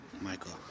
Michael